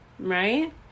Right